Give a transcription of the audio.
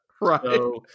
Right